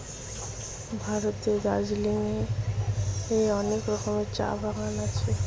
ভারতের দার্জিলিং এ অনেক রকমের চা বাগান আছে